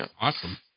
Awesome